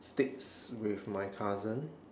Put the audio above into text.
sticks with my cousin